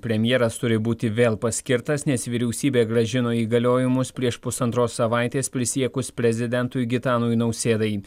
premjeras turi būti vėl paskirtas nes vyriausybė grąžino įgaliojimus prieš pusantros savaitės prisiekus prezidentui gitanui nausėdai